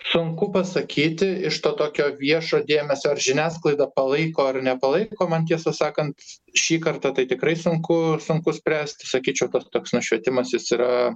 sunku pasakyti iš to tokio viešo dėmesio ar žiniasklaida palaiko ar nepalaiko man tiesą sakant šį kartą tai tikrai sunku sunku spręst sakyčiau kad toks nušvietimas jis yra